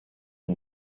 are